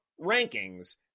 rankings